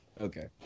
Okay